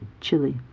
Chile